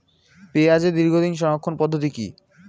পেঁয়াজের দীর্ঘদিন সংরক্ষণ পদ্ধতি কি?